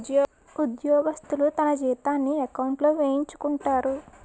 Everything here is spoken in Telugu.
ఉద్యోగస్తులు తమ జీతాన్ని ఎకౌంట్లో వేయించుకుంటారు